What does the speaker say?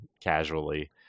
casually